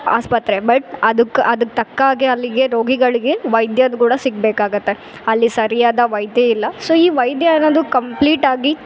ಆಸ್ಪತ್ರೆ ಬಟ್ ಅದಕ್ಕೆ ಅದಕ್ಕೆ ತಕ್ಕಾಗೆ ಅಲ್ಲಿಗೆ ರೋಗಿಗಳಿಗೆ ವೈದ್ಯರು ಕೂಡ ಸಿಗಬೇಕಾಗತ್ತೆ ಅಲ್ಲಿ ಸರಿಯಾದ ವೈದ್ಯೆಯಿಲ್ಲ ಸೋ ಈ ವೈದ್ಯ ಅನ್ನೋದು ಕಂಪ್ಲೀಟ್ ಆಗಿ